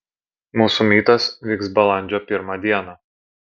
mūsų mytas vyks balandžio pirmą dieną